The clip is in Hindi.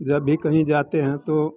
जब भी कहीं जाते हैं तो